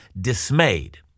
dismayed